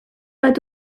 bat